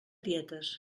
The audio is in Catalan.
dietes